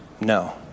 No